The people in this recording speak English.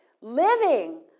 Living